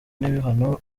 n’ibihano